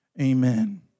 Amen